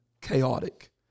chaotic